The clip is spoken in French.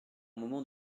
moment